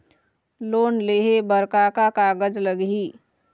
Loan लेहे बर का का कागज लगही?